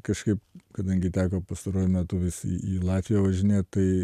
kažkaip kadangi teko pastaruoju metu vis į į latviją važinėt tai